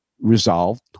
resolved